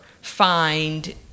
find